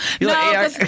no